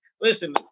listen